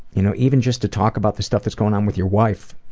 you know, even just to talk about the stuff that's going on with your wife,